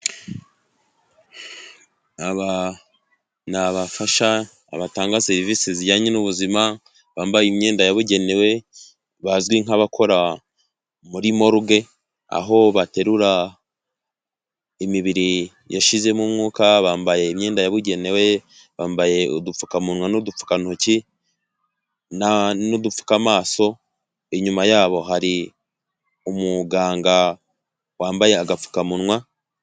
Aba ni abafasha batanga serivisi zijyanye n'ubuzima, bambaye imyenda yabugenewe, bazwi nk'abakora muri moruge, aho baterura imibiri yashizemo umwuka, bambaye imyenda yabugenewe, bambaye udupfukamunwa n'udupfukantoki n'udupfukamaso, inyuma yabo hari umuganga wambaye agapfukamunwa